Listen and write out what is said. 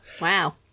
wow